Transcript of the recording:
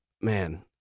Man